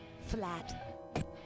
Flat